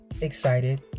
excited